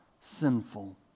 sinful